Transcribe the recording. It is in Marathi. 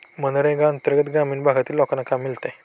मनरेगा अंतर्गत ग्रामीण भागातील लोकांना काम मिळते